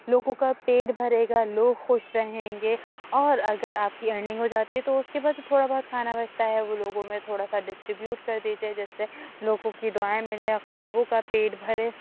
لوگوں کا پیٹ بھرے گا لوگ خوش رہیں گے اور اگر آپ کی ارننگ ہو جاتی ہے تو اس کے پاس تھوڑا بہت کھانا بچتا ہے وہ لوگوں میں تھوڑا سا ڈسٹریبیوٹ کر دیتے جیسے لوگوں کی دعائیں ملیں غریبوں کا پیٹ بھرے